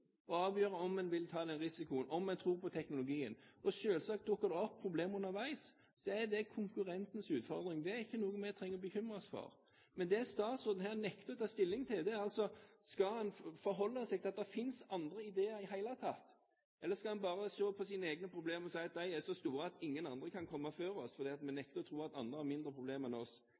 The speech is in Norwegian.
å avgjøre om en vil ta denne risikoen, om en tror på teknologien, og dukker det opp problemer underveis, er det selvsagt konkurrentens utfordring. Det er ikke noe vi trenger å bekymre oss om. Det statsråden her nekter å ta stilling til, er om en skal forholde seg til at det finnes andre ideer i det hele tatt, eller om en bare skal se på sine egne problemer og si at de er så store at ingen andre kan komme før oss, fordi vi nekter å tro at andre har mindre problemer enn oss.